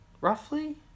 roughly